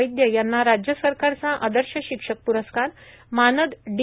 वैद्य यांना राज्य सरकारचा आदर्श शिक्षक पुरस्कार मानद डी